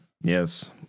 Yes